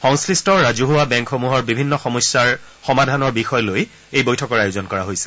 সংশ্লিষ্ট ৰাজহুৱা বেংকসমূহৰ বিভিন্ন সমস্যাৰ সমাধানৰ বিষয় লৈ এই বৈঠকৰ আয়োজন কৰা হৈছে